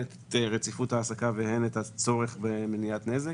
את רציפות העסקה והן את הצורך במניעת נזק.